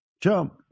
Jump